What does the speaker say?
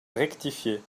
rectifié